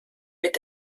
mit